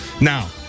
Now